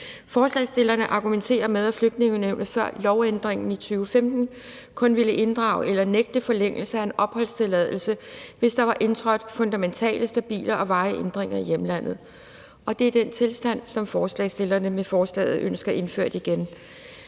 Forslagsstillerne argumenterer med, at Flygtningenævnet før lovændringen i 2015 kun ville inddrage eller nægte forlængelse af en opholdstilladelse, hvis der var indtrådt fundamentale, stabile og varige ændringer i hjemlandet. Og det er den tilstand, som forslagsstillerne med forslaget ønsker indført igen.